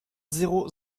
zéro